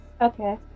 Okay